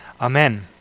Amen